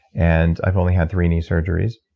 and i've only had three knee surgeries.